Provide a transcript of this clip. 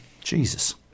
Jesus